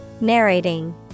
Narrating